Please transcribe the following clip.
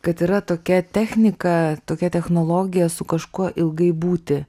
kad yra tokia technika tokia technologija su kažkuo ilgai būti